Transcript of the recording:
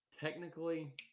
Technically